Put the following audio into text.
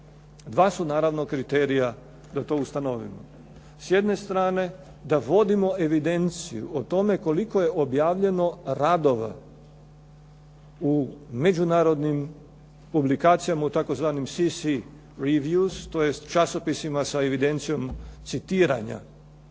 Dva su naravno kriterija da to ustanovimo. S jedne strane, da vodimo evidenciju o tome koliko je objavljeno radova u međunarodnim publikacijama, u tzv. "cc revues" tj. časopisima sa evidencijom citiranja